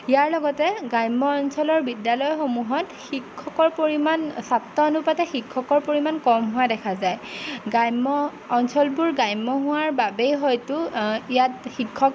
ইয়াৰ লগতে গ্ৰাম্য অঞ্চলৰ বিদ্যালয়সমূহত শিক্ষকৰ পৰিমাণ ছাত্ৰ অনুপাতে শিক্ষকৰ পৰিমাণ কম হোৱা দেখা যায় গ্ৰাম্য অঞ্চলবোৰ গ্ৰাম্য হোৱাৰ বাবেই হয়টো ইয়াত শিক্ষক